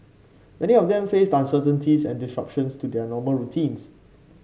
many of them faced uncertainties and disruptions to their normal routines